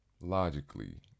logically